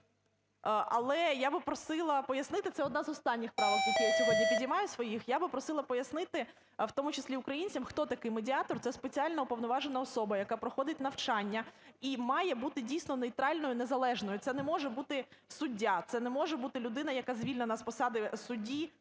але я би просила пояснити. Це одна з останніх правок, які я сьогодні підіймаю, своїх. Я би просила пояснити, в тому числі українцям, хто такий медіатор. Це спеціальна уповноважена особа, яка проходить навчання і має бути дійсно нейтральною незалежною. Це не може бути суддя, це не може бути людина, яка звільнена з посади судді,